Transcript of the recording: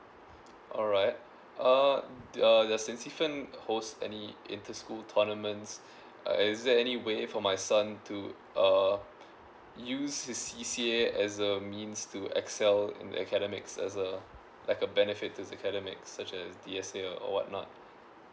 alright uh uh the saint stephen's host any inter school tournaments uh is there any way for my son to uh use his C_C_A as the means to excel in academics as a like a benefit in academic such as D_S_A or what not